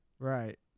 Right